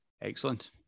Excellent